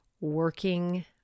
working